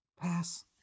Pass